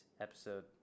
episode